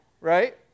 Right